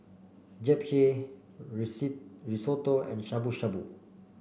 japchae Risotto and Shabu Shabu